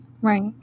Right